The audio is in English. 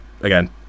again